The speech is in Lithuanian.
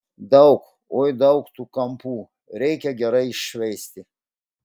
daug oi daug tų kampų reikia gerai iššveisti